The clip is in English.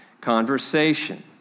conversation